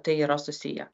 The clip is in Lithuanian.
tai yra susiję